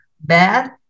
bad